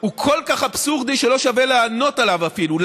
הוא כל כך אבסורדי שלא שווה לענות עליו אפילו.